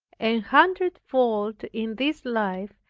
an hundred fold in this life,